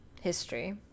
history